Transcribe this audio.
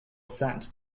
assent